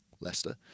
Leicester